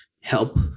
help